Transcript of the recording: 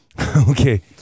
Okay